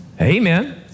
Amen